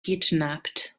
kidnapped